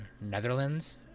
Netherlands